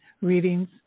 readings